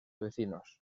vecinos